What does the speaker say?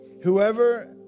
whoever